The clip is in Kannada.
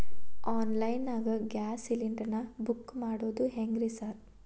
ಆನ್ಲೈನ್ ನಾಗ ಗ್ಯಾಸ್ ಸಿಲಿಂಡರ್ ನಾ ಬುಕ್ ಮಾಡೋದ್ ಹೆಂಗ್ರಿ ಸಾರ್?